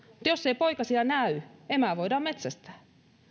jos ei poikasia näy emää voidaan metsästää